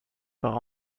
par